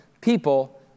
people